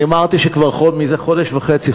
אני אמרתי שזה חודש וחצי,